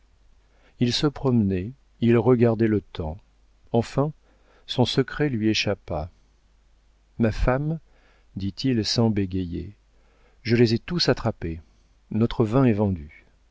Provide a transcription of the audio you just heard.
il se promenait il regardait le temps enfin son secret lui échappa ma femme dit-il sans bégayer je les ai tous attrapés notre vin est vendu